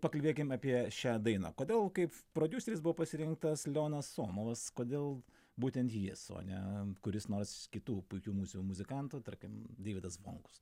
pakalbėkim apie šią dainą kodėl kaip prodiuseris buvo pasirinktas leonas somovas kodėl būtent jis o ne kuris nors kitų puikių mūsių muzikantų tarkim deividas zvonkus